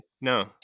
No